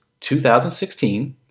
2016